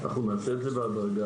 אנחנו נעשה את זה בהדרגה.